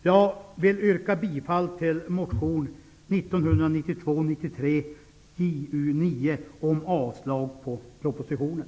Jag yrkar bifall till motion 1992/93:Ju9 om avslag på propositionen.